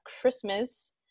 christmas